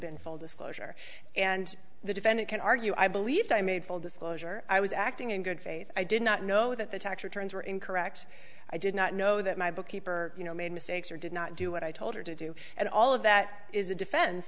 been full disclosure and the defendant can argue i believe i made full disclosure i was acting in good faith i did not know that the tax returns were incorrect i did not know that my bookkeeper you know made mistakes or did not do what i told her to do and all of that is a defense